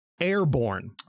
Airborne